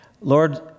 Lord